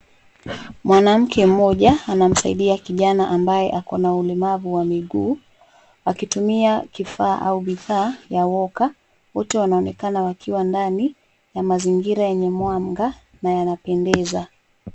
Mwanamke mmoja anamsaidia kijana ambaye akona ulemavu wa miguu akitumia kifaa au vifaa ya walker .Wote wanaonekana wakiwa ndani ya mazingira yenye mwanga na yanapendeza.